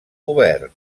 obert